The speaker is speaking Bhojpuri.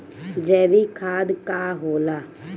जैवीक खाद का होला?